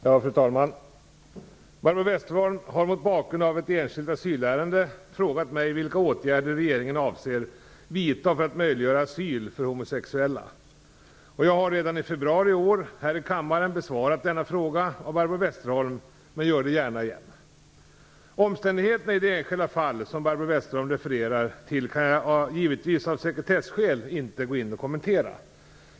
Fru talman! Barbro Westerholm har mot bakgrund av ett enskilt asylärende frågat mig vilka åtgärder regeringen avser vidta för att möjliggöra asyl för homosexuella. Jag har redan i februari i år här i kammaren besvarat denna fråga av Barbro Westerholm men gör det gärna igen. Omständigheterna i det enskilda fall som Barbro Westerholm refererar till kan jag givetvis av sekretesskäl inte kommentera.